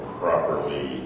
properly